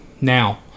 Now